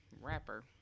rapper